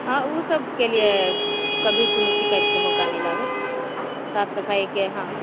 हॅं ओ सभके लिए कभी कोनो शिकायतके मौका नहि लागत साफ सफाईके हॅं